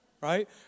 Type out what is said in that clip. Right